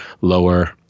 lower